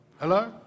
Hello